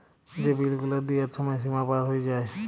যে বিল গুলা দিয়ার ছময় সীমা পার হঁয়ে যায়